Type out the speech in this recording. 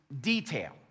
detail